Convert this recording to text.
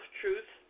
truth